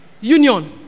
Union